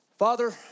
Father